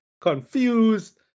confused